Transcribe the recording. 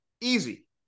Easy